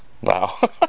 Wow